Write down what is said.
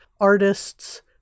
artists